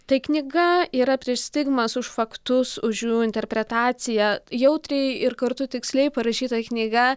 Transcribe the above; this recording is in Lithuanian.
tai knyga yra prieš stigmas už faktus už jų interpretaciją jautriai ir kartu tiksliai parašyta knyga